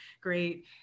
great